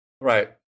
right